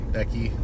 Becky